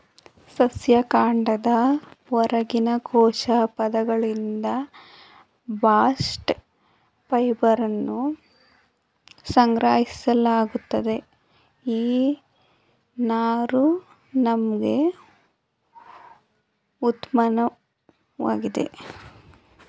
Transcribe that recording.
ಸಸ್ಯ ಕಾಂಡದ ಹೊರಗಿನ ಕೋಶ ಪದರಗಳಿಂದ ಬಾಸ್ಟ್ ಫೈಬರನ್ನು ಸಂಗ್ರಹಿಸಲಾಗುತ್ತದೆ ಈ ನಾರು ನಮ್ಗೆ ಉತ್ಮವಾಗಿದೆ